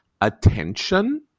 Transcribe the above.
attention